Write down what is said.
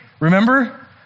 remember